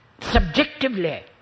subjectively